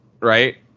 right